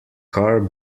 car